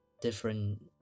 different